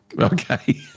okay